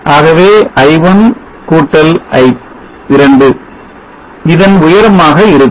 ஆகவே i1 i2 இதன் உயரமாக இருக்கும்